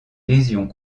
lésions